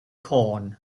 corn